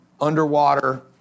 underwater